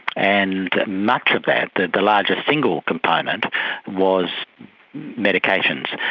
and much of that, the the larger single component was medications,